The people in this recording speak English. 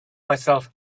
myself